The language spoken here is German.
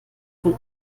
von